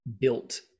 built